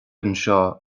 anseo